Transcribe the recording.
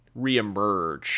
reemerge